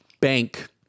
bank